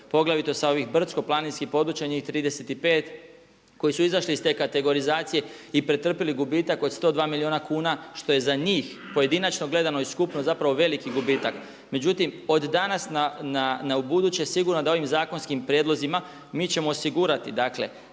poglavito sa ovih brdsko-planinskih područja, njih 35 koji su izašli iz te kategorizacije i pretrpjeli gubitak od 102 milijuna kuna što je za njih pojedinačno gledano i skupno zapravo veliki gubitak. Međutim, od danas na ubuduće sigurno da ovim zakonskim prijedlozima mi ćemo osigurati dakle